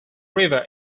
river